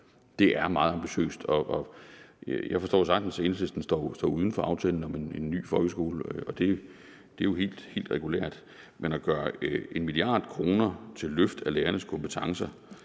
Det er meget ambitiøst. Jeg forstår sagtens, at Enhedslisten står uden for aftalen om en ny folkeskole, det er jo helt regulært, men at gøre 1 mia. kr. til løft af lærernes kompetencer